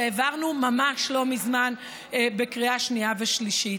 שהעברנו ממש לא מזמן בקריאה שנייה ושלישית.